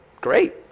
great